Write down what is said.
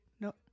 No